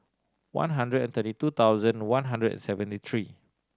one hundred and thirty two thousand one hundred and seventy three